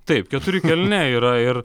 taip keturi kaliniai yra ir